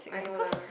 I know lah